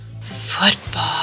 Football